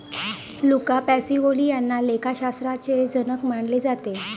Luca Pacioli यांना लेखाशास्त्राचे जनक मानले जाते